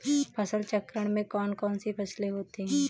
फसल चक्रण में कौन कौन सी फसलें होती हैं?